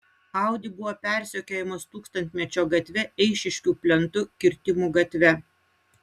audi buvo persekiojamas tūkstantmečio gatve eišiškių plentu kirtimų gatve